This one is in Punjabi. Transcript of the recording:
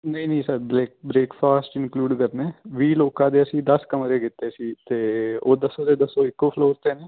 ਨਹੀਂ ਨਹੀਂ ਸਰ ਬ੍ਰੇਕ ਬ੍ਰੇਕਫਾਸਟ ਇਨਕਲੂਡ ਕਰਨੇ ਵੀਹ ਲੋਕਾਂ ਦੇ ਅਸੀਂ ਦਸ ਕਮਰੇ ਕੀਤੇ ਸੀ ਅਤੇ ਉਹ ਦੱਸੋ ਦੇ ਦੱਸੋ ਇੱਕੋ ਫਲੋਰ 'ਤੇ ਨੇ